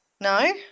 No